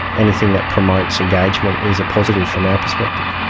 anything that promotes engagement is a positive from our perspective.